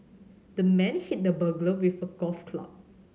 the man hit the burglar with a golf club